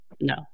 No